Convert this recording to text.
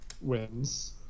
wins